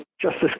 Justice